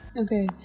okay